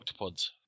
octopods